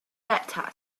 better